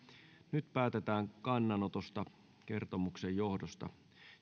nyt päätetään kannanotosta kertomuksen johdosta